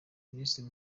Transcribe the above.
minisitiri